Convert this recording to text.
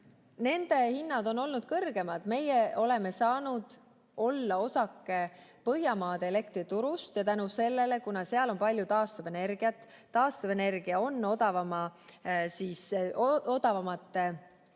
Nende hinnad on olnud kõrgemad. Meie oleme saanud olla osake Põhjamaade elektriturust ja kuna seal on palju taastuvenergiat ning taastuvenergia on odavamate muutuvate